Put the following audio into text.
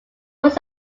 was